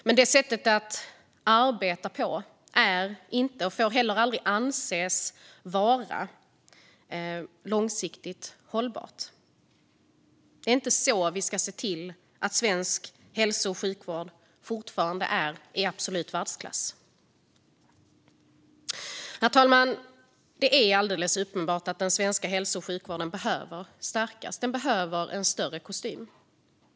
Men det sättet att arbeta på är inte, och får heller aldrig anses vara, långsiktigt hållbart. Det är inte så vi ska se till att svensk hälso och sjukvård fortfarande är i absolut världsklass. Herr talman! Det är alldeles uppenbart att den svenska hälso och sjukvården behöver stärkas. Den behöver en större kostym.